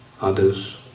others